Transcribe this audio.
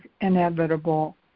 inevitable